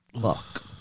fuck